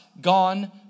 gone